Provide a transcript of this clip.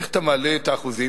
איך אתה מעלה את האחוזים?